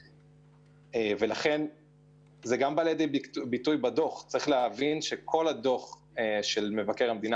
זה בא לידי ביטוי בדוח, כל הדוח של מבקר המדינה